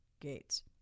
Gates